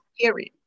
Period